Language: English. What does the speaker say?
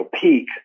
peak